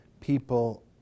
people